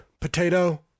Potato